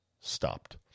stopped